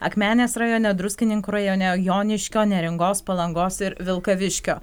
akmenės rajone druskininkų rajone joniškio neringos palangos ir vilkaviškio